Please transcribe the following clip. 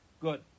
Good